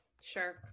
Sure